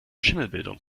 schimmelbildung